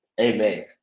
Amen